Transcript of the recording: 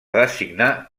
designar